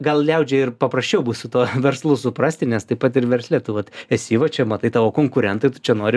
gal liaudžiai ir paprasčiau bus su tuo verslu suprasti nes taip pat ir versle tu vat esi va čia matai tavo konkurentai tu čia nori